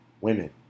women